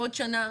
בעוד שנה,